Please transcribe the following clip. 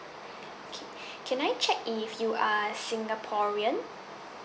kay~ can I check if you are singaporean